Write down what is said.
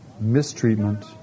mistreatment